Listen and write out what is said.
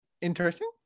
interesting